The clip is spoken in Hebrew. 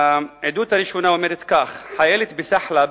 העדות הראשונה אומרת כך: חיילת ב"סחלב",